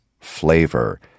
flavor